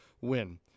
win